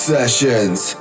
Sessions